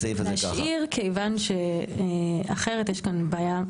כיוון שאחרת יש כאן בעיה.